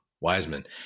Wiseman